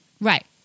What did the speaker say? Right